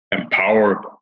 empower